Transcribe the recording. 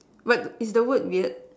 but is the word weird